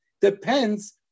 depends